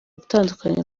gutandukanya